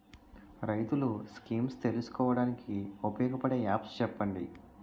రైతులు స్కీమ్స్ తెలుసుకోవడానికి ఉపయోగపడే యాప్స్ చెప్పండి?